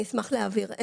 אני אשמח להעביר.